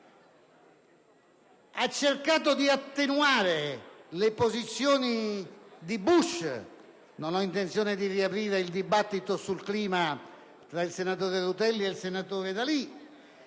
ha cercato di attenuare le posizioni di Bush (non ho intenzione di riaprire il dibattito sul clima tra il senatore Rutelli ed il senatore D'Alì)